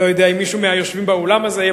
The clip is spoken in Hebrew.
לא יודע אם מישהו מהיושבים באולם הזה יהיה.